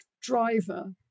driver